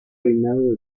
reinado